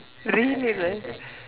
really right